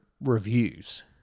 reviews